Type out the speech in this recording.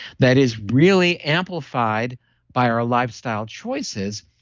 that is really amplified by our lifestyle choices,